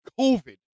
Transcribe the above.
COVID